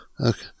Okay